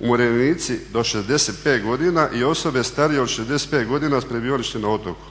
umirovljenici do 65. godina i osobe starije od 65. godina s prebivalištem na otoku."